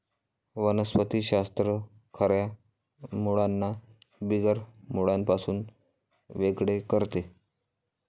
वनस्पति शास्त्र खऱ्या मुळांना बिगर मुळांपासून वेगळे करते